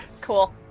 cool